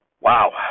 wow